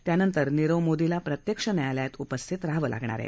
त्यानंतर नीरव मोदीला प्रत्यक्ष न्यायालयात उपस्थित राहवं लागणार आहे